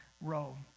row